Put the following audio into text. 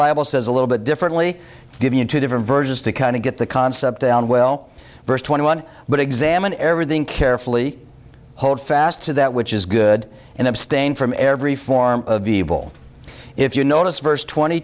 bible says a little bit differently give you two different versions to kind of get the concept well verse twenty one but examine everything carefully hold fast to that which is good and abstain from every form of evil if you notice verse twenty